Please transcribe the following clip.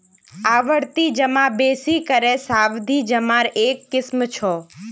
आवर्ती जमा बेसि करे सावधि जमार एक किस्म छ